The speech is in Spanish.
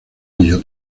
ello